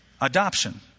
Adoption